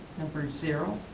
number zero.